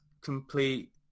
complete